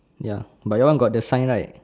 ya but your one got the sign right